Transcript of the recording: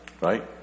right